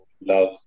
love